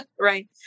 Right